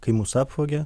kai mus apvogia